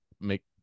make